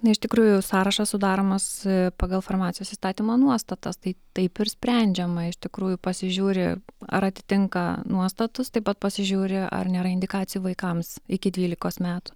na iš tikrųjų sąrašas sudaromas pagal farmacijos įstatymo nuostatas tai taip ir sprendžiama iš tikrųjų pasižiūri ar atitinka nuostatus taip pat pasižiūri ar nėra indikacijų vaikams iki dvylikos metų